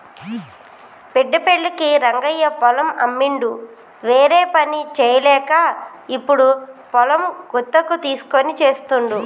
బిడ్డ పెళ్ళికి రంగయ్య పొలం అమ్మిండు వేరేపని చేయలేక ఇప్పుడు పొలం గుత్తకు తీస్కొని చేస్తుండు